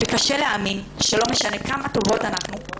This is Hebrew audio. וקשה להאמין שלא משנה כמה טובות אנחנו,